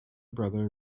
brother